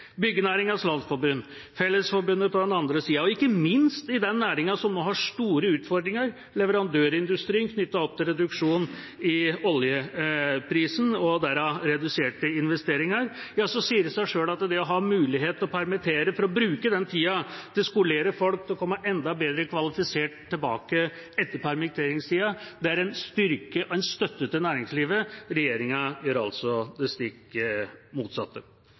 Landsforening – Fellesforbundet på den andre siden – og ikke minst i den næringen som nå har store utfordringer, leverandørindustrien knyttet opp til reduksjon i oljeprisen og derav reduserte investeringer, sier det seg selv at det å ha mulighet til å permittere for å bruke den tida til å skolere folk til å komme enda bedre kvalifisert tilbake etter permitteringstida, er en styrke og en støtte til næringslivet. Regjeringa gjør altså det stikk motsatte.